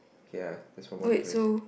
K ah that's one more difference